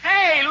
Hey